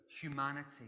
humanity